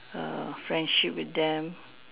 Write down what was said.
err friendship with them